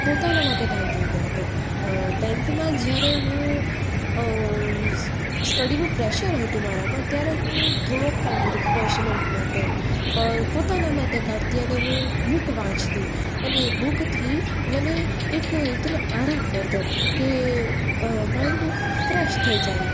પોતાના માટે ટાઈમ જોઈતો હતો ટેંથમાં જ્યારે હું સ્ટડીનું પ્રેસર હતું મારા પર ત્યારે હું થોડોક ટાઈમ રિફ્રેશમેન્ટ માટે પોતાના માટે કાઢતી અને હું બુક વાંચતી અને એ બુકથી મને એક રીતનો આરામ મળતો કે માઇન્ડ ફ્રેશ થઈ જાય